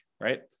Right